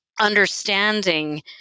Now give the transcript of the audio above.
understanding